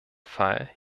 fall